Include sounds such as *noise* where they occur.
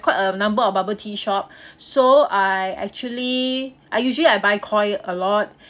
quite a number of bubble tea shop so I actually I usually I buy Koi a lot *breath*